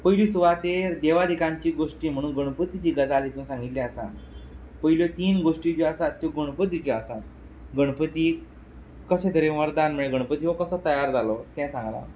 पयली सुवातेर देवादिकांची गोष्टी म्हणून गणपतीची गजाल इतून सांगिल्ली आसा पयल्यो तीन गोष्टी ज्यो आसात त्यो गणपतीच्यो आसात गणपतीक कशें तरेन वरदान मेळ्ळें गणपती हो कसो तयार जालो तें सांगलां